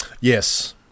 Yes